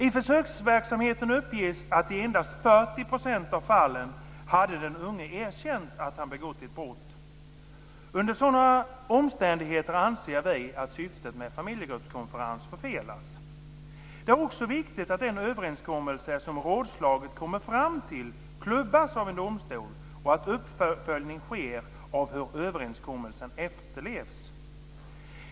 I försöksverksamheten uppges att den unge i endast 40 % av fallen hade erkänt att han begått ett brott. Under sådana omständigheter anser vi att syftet med familjegruppskonferenser förfelas. Det är också viktigt att den överenskommelse som rådslaget kommer fram till klubbas av en domstol och att uppföljning sker av hur överenskommelsen efterlevs.